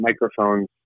microphones